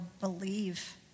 believe